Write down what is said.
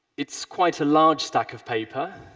it's quite a large stack of paper.